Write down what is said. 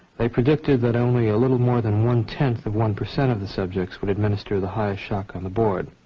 they predicted that only a little more than one tenth of one percent of the subjects would administer the highest shock on the board.